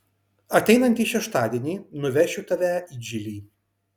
ateinantį šeštadienį nuvešiu tave į džilį